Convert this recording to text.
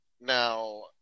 now